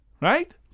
right